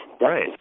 right